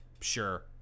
sure